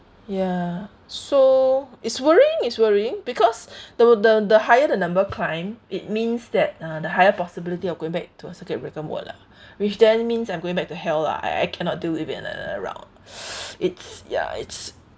ya so it's worrying it's worrying because the the the higher the number climb it means that uh the higher possibility of going back to a circuit breaker mode lah with then means I'm going back to hell lah I I cannot do even like another round it's ya it's